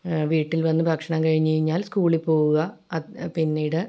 വീട്ടിൽ വന്ന് ഭക്ഷണം കഴിഞ്ഞ് കഴിഞ്ഞാൽ സ്കൂളിൽ പോവുക പിന്നീട്